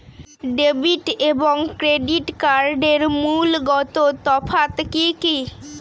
Debit এবং credit কার্ডের মূলগত তফাত কি কী?